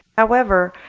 however,